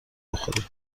بخوری